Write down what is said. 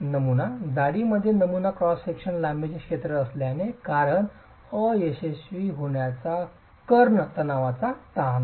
नमुना जाडी मध्ये नमुना क्रॉस सेक्शन लांबीचे क्षेत्र असण्याचे कारण अयशस्वी होण्याच्या कर्ण तणावाचा ताण